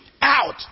out